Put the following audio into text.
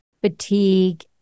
Fatigue